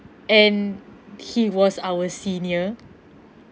and he was our senior